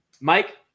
Mike